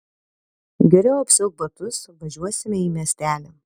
geriau apsiauk batus važiuosime į miestelį